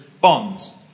bonds